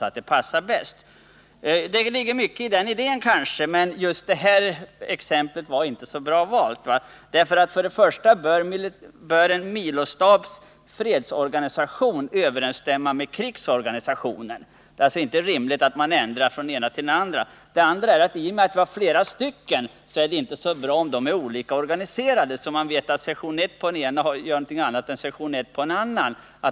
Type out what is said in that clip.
Det ligger kanske mycket i den idén, men just det här exemplet var kanske inte så bra valt. För det första bör en milostabs fredsorganisation överensstämma med krigsorganisationen. Det är alltså inte rimligt att man ändrar från det ena militärområdet till det andra. För det andra är det inte så bra om de olika milostaberna har olika uppbyggnad och är organiserade på olika sätt, så att sektion 1 på den ena gör någonting annat än sektion 1 på en annan.